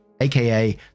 aka